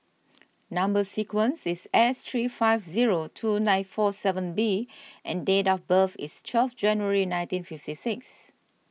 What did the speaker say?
Number Sequence is S three five zero two nine four seven B and date of birth is twelve January nineteen fifty six